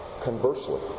Conversely